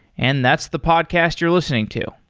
and that's the podcast you're listening to.